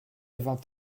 vingt